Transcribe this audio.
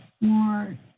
more